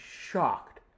shocked